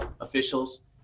officials